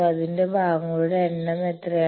അതിന്റെ ഭാഗങ്ങളുടെ എണ്ണം എത്രയാണ്